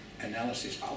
analysis